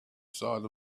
side